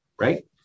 right